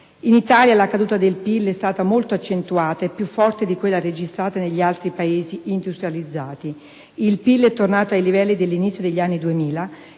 In Italia la caduta del PIL è stata molto accentuata e più forte di quella registrata negli altri Paesi industrializzati: il PIL è tornato ai livelli dell'inizio degli anni 2000